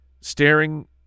staring